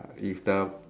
if the